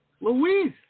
Louise